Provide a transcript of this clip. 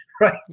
right